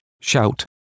shout